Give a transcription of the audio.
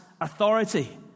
authority